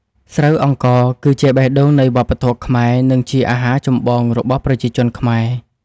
ស្រូវអង្ករគឺជាបេះដូងនៃវប្បធម៌ខ្មែរ និងជាអាហារចម្បងរបស់ប្រជាជនខ្មែរ។